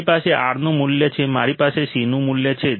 મારી પાસે R નું મૂલ્ય છે મારી પાસે C નું મૂલ્ય છે